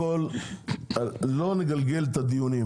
לא נגלגל את הדיונים,